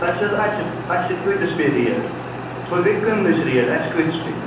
اَسہِ حظ اَسہِ اَسہِ کۭتِس پے ریٹ ہُہ گٔے کٕنٕچ ریٹ اَسہِ کۭتِس پے